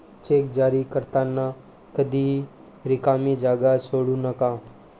check जारी करताना कधीही रिकामी जागा सोडू नका